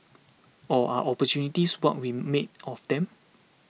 or are opportunities what we make of them